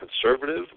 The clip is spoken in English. conservative